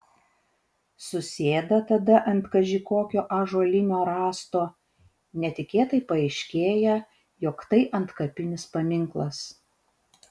susėda tada ant kaži kokio ąžuolinio rąsto netikėtai paaiškėja jog tai antkapinis paminklas